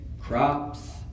crops